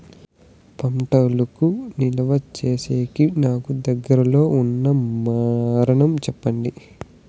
పండ్లు నిలువ సేసేకి నాకు దగ్గర్లో ఉన్న మార్గం చెప్పండి?